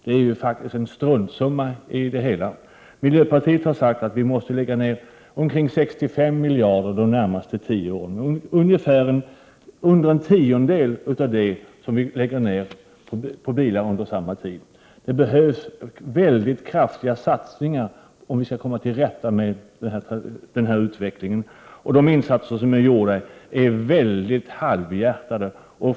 Det är ju faktiskt en struntsumma i det hela. Miljöpartiet har sagt att vi måste satsa omkring 65 miljarder de närmaste tio åren, ungefär en tiondel av det som vi lägger ner på bilar under samma tid. Det behövs väldigt kraftiga satsningar, om vi skall komma till rätta med den här utvecklingen. De insatser som är gjorda är halvhjärtade.